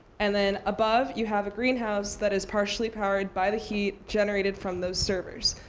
and then above, you have a greenhouse that is partially powered by the heat generated from those servers.